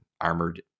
armored